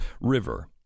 river